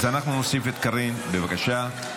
אז אנחנו נוסיף את קארין, בבקשה.